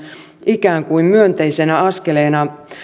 ikään kuin myönteisenä askeleena